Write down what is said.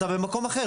אתה במקום אחר,